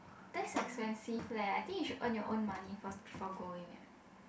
that's expensive leh I think you should earn your own money first before going eh